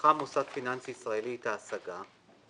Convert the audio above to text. דחה מוסד פיננסי ישראלי את ההשגה,